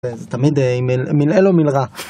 תמיד מילעל ומילרע.